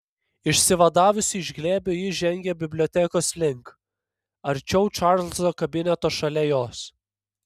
išsivadavusi iš glėbio ji žengė bibliotekos link arčiau čarlzo kabineto šalia jos